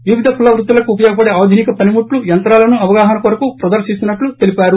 వివిధ కుల వృత్తులకు ఉపయోగపడే ఆధునిక పనిముట్లు యంత్రాలను అవగాహన కొరకు ప్రదర్రిస్తున్సట్లు తెలిపారు